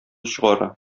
чыгара